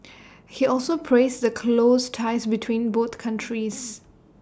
he also praised the close ties between both countries